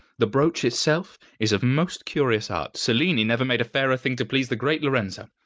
the brooch itself is of most curious art, cellini never made a fairer thing to please the great lorenzo.